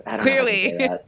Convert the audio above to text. Clearly